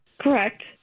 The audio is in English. Correct